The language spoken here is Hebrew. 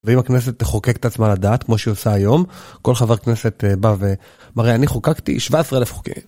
ואם הכנסת חוקקת את עצמה לדעת כמו שהיא עושה היום, כל חבר כנסת בא ומראה, אני חוקקתי 17,000 חוקים.